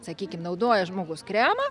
sakykim naudoja žmogus kremą